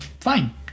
fine